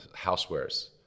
housewares